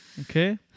Okay